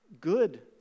good